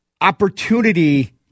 opportunity